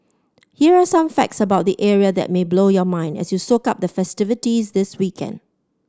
here are some facts about the area that may blow your mind as you soak up the festivities this weekend